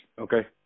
Okay